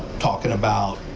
talking about